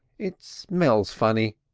it smells funny,